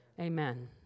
amen